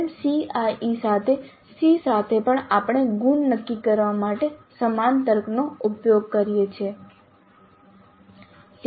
જેમ CIE સાથે SEE સાથે પણ આપણે ગુણ નક્કી કરવા માટે સમાન તર્કનો ઉપયોગ કરો